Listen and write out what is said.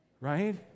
Right